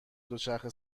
دوچرخه